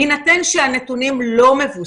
בהינתן שהנתונים לא מבוססים,